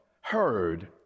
heard